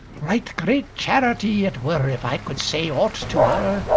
right great charity it were if i could say aught to her,